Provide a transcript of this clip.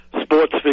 sports